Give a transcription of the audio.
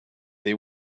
they